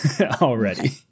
already